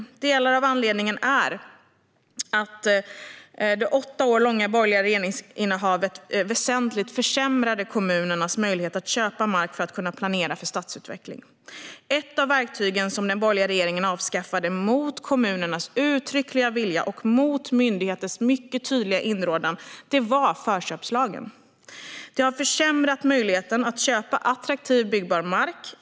En del av anledningen är att det åtta år långa borgerliga regeringsinnehavet väsentligt försämrade kommunernas möjlighet att köpa mark för att kunna planera för stadsutveckling. Ett av de verktyg som den borgerliga regeringen avskaffade, mot kommunernas uttryckliga vilja och mot myndigheters mycket tydliga inrådan, var förköpslagen. Det har försämrat möjligheten att köpa attraktiv byggbar mark.